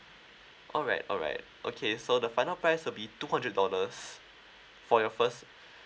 alright alright okay so the final price will be two hundred dollars for your first